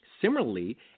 Similarly